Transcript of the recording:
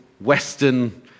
Western